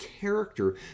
character